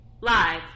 Live